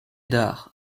dares